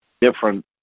different